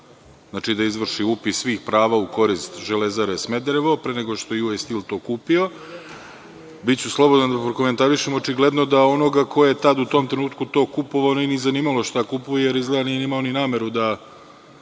znači, da izvrši upis svih prava u korist „Železare Smederevo“ pre nego što je US Steel to kupio. Biću slobodan da prokomentarišem, očigledno da onoga ko je tad u tom trenutku to kupovao nije ni zanimalo šta kupuje, jer izgleda nije imao ni nameru da